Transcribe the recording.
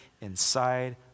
inside